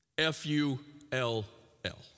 F-U-L-L